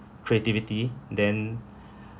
creativity then